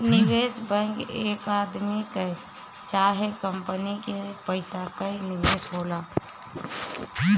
निवेश बैंक एक आदमी कअ चाहे कंपनी के पइसा कअ निवेश होला